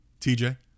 TJ